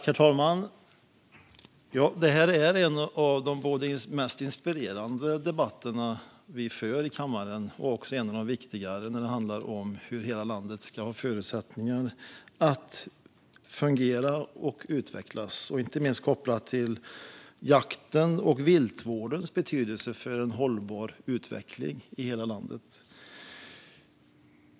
Herr talman! Det här är en av de mest inspirerande debatterna vi för i kammaren och även en av de viktigare. Den handlar om hur hela landet ska ha förutsättning att fungera och utvecklas, inte minst kopplat till jakten och viltvårdens betydelse för en hållbar utveckling i hela landet.